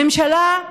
ממשלה,